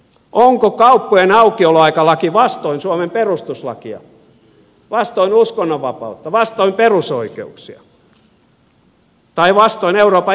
onko kauppojen aukioloaikalaki vastoin suomen perustuslakia vastoin uskonnonvapautta vastoin perusoikeuksia tai vastoin euroopan ihmisoikeussopimusta